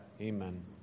Amen